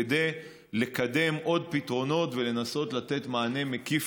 כדי לקדם עוד פתרונות ולנסות לתת מענה מקיף